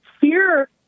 fear